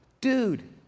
dude